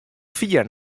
fier